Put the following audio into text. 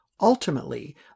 Ultimately